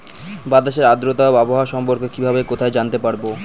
বাতাসের আর্দ্রতা ও আবহাওয়া সম্পর্কে কিভাবে কোথায় জানতে পারবো?